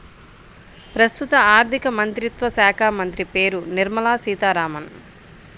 ప్రస్తుత ఆర్థికమంత్రిత్వ శాఖామంత్రి పేరు నిర్మల సీతారామన్